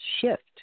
shift